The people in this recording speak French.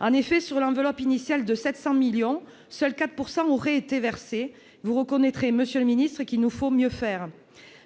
au sein de l'enveloppe initiale de 700 millions d'euros, seuls 4 % auraient été versés ... Vous reconnaîtrez, monsieur le ministre, qu'il nous faut mieux faire !